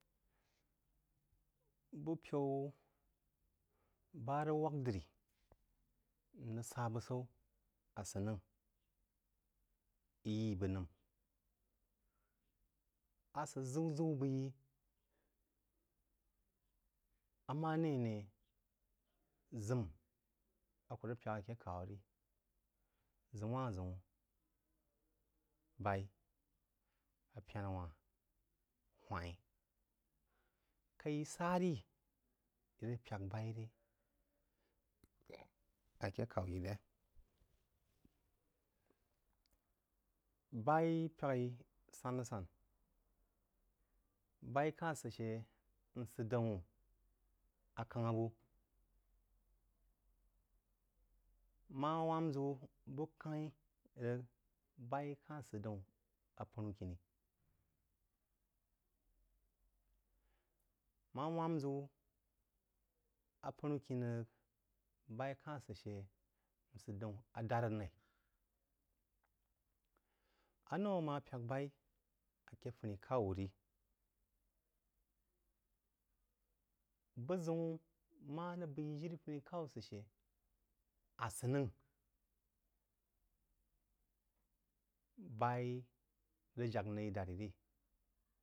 Bupəu bah rig wag dri mrig sah busau asənang yi yii bəg nəm bau sid zəu-zəu bəg yii a mare ane zəan a kuh rig pyak ake khaw kai sah ri yí rig pyak bai re akeh khau yi re baí pyaghu san-asan bəi kah sid she nsid daun akəgha buh mah wahm zəu buh kanghi rig bai kah kahs daun apənu kini mah wahm ziu apənu kini rig baí kah sid she nsid dau ɛdar noi a nou a mah pyak bai ake funi-khau wuh vi buzəun mah rig bəi jiri funi khaw sid she a sənnəng bai rig jag nai dari rī.